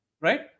right